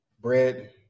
Bread